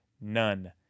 None